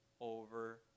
over